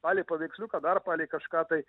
palei paveiksliuką dar palei kažką tai